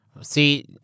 See